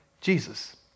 Jesus